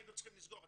היינו צריכים לסגור.